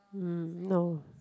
mm no